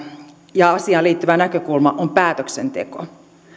ja asiaan liittyvä näkökulma on päätöksenteko